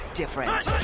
different